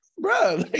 Bro